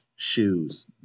Shoes